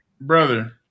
brother